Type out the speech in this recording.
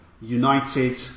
united